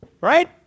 right